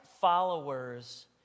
followers